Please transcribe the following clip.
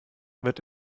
wird